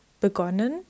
begonnen